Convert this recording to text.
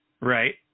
Right